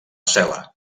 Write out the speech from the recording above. cel·la